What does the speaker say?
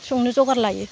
संनो जगार लायो